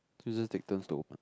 so we just take turns to open